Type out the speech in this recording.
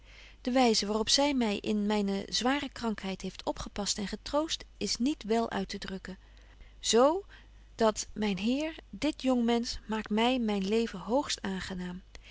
de wyze waar op zy my in myne zware krankheid heeft opgepast en getroost is niet wel uittedrukken zo dat myn heer dit jong mensch maakt my myn leven hoogst aangenaam